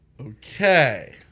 Okay